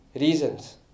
reasons